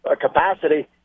capacity